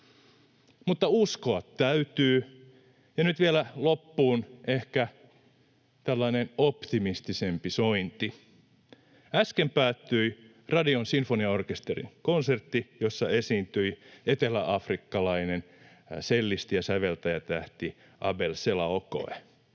Mutta uskoa täytyy, ja nyt vielä loppuun ehkä tällainen optimistisempi sointi. Äsken päättyi Radion sinfoniaorkesterin konsertti, jossa esiintyi eteläafrikkalainen sellisti ja säveltäjätähti Abel Selaocoe.